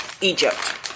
Egypt